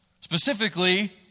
Specifically